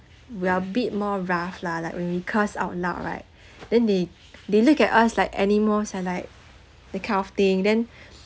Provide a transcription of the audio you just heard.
we're a bit more rough lah like when we curse out loud right then they they look at us like animals or like that kind of thing then